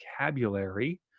vocabulary